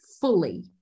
fully